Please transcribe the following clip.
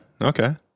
okay